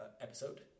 episode